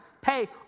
pay